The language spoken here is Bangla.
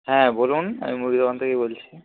হ্যাঁ বলুন আমি মুরগি দোকান থেকেই বলছি